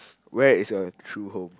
where is your true home